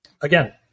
again